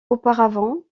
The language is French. auparavant